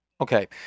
Okay